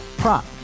Prop